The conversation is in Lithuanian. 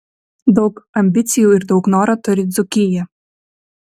daug ambicijų ir daug noro turi dzūkija